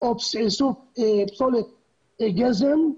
או איסוף פסולת גזם,